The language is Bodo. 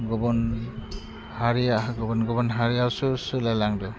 गुबुन हारिया गुबुन गुबुन हारियावसो सोलायलांदों